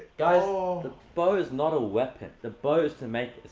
guys, um the bow is not a weapon. the bow is to make